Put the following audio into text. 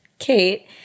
Kate